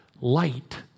Light